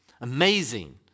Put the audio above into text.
Amazing